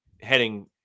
heading